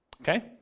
Okay